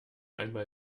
einmal